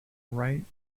right